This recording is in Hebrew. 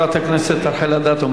חברת הכנסת רחל אדטו,